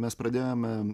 mes pradėjome